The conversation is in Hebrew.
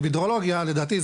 ההידרולוגיה לדעתי,